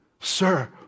Sir